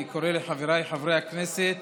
אני קורא לחבריי חברי הכנסת